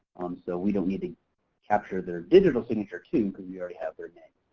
so we don't need to capture their digital signature too because we already have their